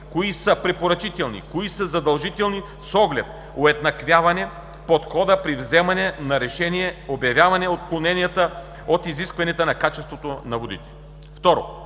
кои са препоръчителни и кои са задължителни, с оглед уеднаквяване подхода при вземане на решения и обявяване отклонения от изискванията за качеството на водите;